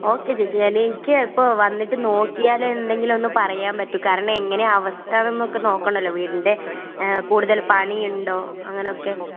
okay ചേച്ചി ഞാൻ എനിക്ക് ഇപ്പോൾ വന്നിട്ട് നോക്കിയാലേ എന്തെങ്കിലും ഒന്ന് പറയാൻ പറ്റൂ കാരണം എങ്ങനെയാണ് അവസ്ഥ എന്നൊക്കെ നോക്കണമല്ലോ വീടിൻ്റെ കൂടുതൽ പണി ഉണ്ടോ അങ്ങനെ ഒക്കെ